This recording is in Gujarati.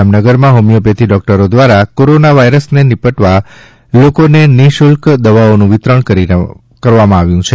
જામનગરમાં હોમિયોપેથી ડોકટરો દ્રારા કોરોના વાઇરસને નિપટવા લોકોને નિઃશુલ્ક દવાઓનું વિતરણ કરી રહ્યા છે